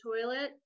toilet